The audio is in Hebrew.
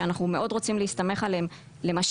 שאנחנו מאוד רוצים להסתמך עליהם יפגעו